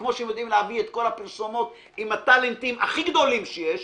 כמו שהם יודעים להביא את כל הפרסומות עם הטלנטים הכי גדולים שיש,